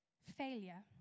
Failure